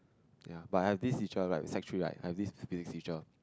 ya but I have this teacher right sec three right I have this physics teacher